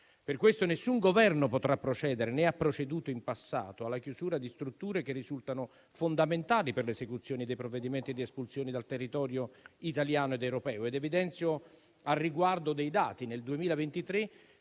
Per questo nessun Governo potrà procedere, né ha proceduto in passato, alla chiusura di strutture che risultano fondamentali per l'esecuzione dei provvedimenti di espulsione dal territorio italiano ed europeo. Evidenzio, al riguardo, dei dati. Nel 2023,